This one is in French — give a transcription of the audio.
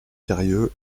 sérieux